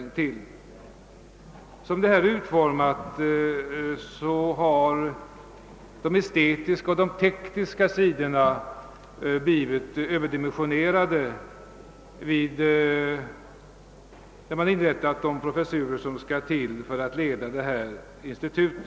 Som propositionen är utformad har de estetiska och tekniska sidorna blivit överdimensionerade när det gäller de professurer som skall inrättas vid detta institut.